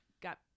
got